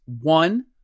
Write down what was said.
one